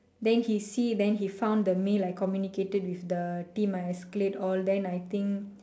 then he see then he found the mail I communicated with the team I escalate all then I think